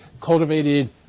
cultivated